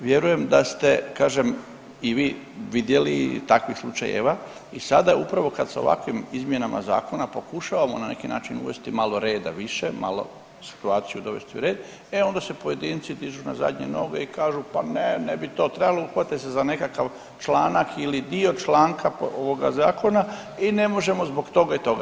Ovaj, vjerujem da ste kažem i vi vidjeli takvih slučajeva i sada upravo kad s ovakvim izmjenama zakona pokušavamo na neki način uvesti malo reda više, malo situaciju dovesti u red, e onda se pojedinci dižu na zadnje noge i kažu pa ne, ne bi to trebalo uhvate se za nekakav članak ili dio članka ovoga zakona i ne možemo zbog toga i toga.